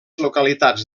localitats